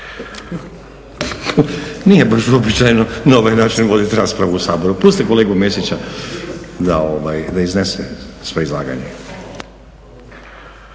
Nije baš uobičajeno na ovaj način voditi raspravu u Saboru. Pustite kolegu Mesića da iznese svoje izlaganje.